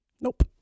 Nope